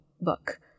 book